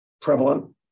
prevalent